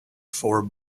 four